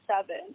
seven